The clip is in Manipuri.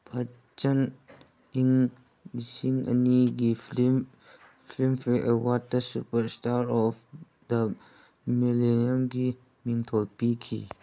ꯕꯆꯟ ꯏꯪ ꯂꯤꯁꯤꯡ ꯑꯅꯤꯒꯤ ꯐ꯭ꯂꯤꯝ ꯐ꯭ꯂꯤꯝꯐꯦꯌꯔ ꯑꯦꯋꯥꯔꯠꯇ ꯁꯨꯄꯔꯏꯁꯇꯥꯔ ꯑꯣꯐ ꯗ ꯃꯤꯂꯦꯅꯤꯌꯝꯒꯤ ꯃꯤꯡꯊꯣꯜ ꯄꯤꯈꯤ